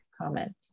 comment